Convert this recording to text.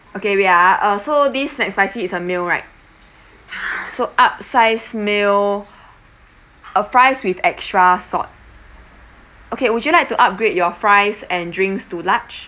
okay wait ah uh so this mcspicy is a meal right so upsize meal uh fries with extra salt okay would you like to upgrade your fries and drinks to large